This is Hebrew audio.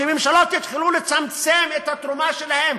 שממשלות יתחילו לצמצם את התרומה שלהן.